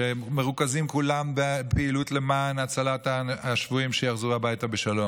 שהם מרוכזים כולם בפעילות למען הצלת השבויים שיחזרו הביתה בשלום,